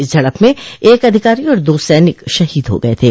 इस झड़प में एक अधिकारी और दो सैनिक शहीद हो गए थे